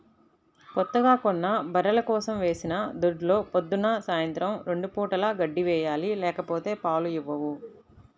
కొత్తగా కొన్న బర్రెల కోసం వేసిన దొడ్లో పొద్దున్న, సాయంత్రం రెండు పూటలా గడ్డి వేయాలి లేకపోతే పాలు ఇవ్వవు